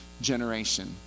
generation